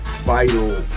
vital